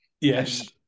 Yes